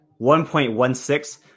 1.16